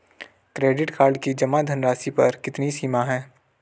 Credit card की जमा धनराशि पर कितनी सीमा है?